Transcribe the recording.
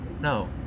No